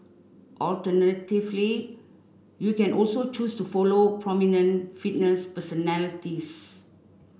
alternatively you can also choose to follow prominent fitness personalities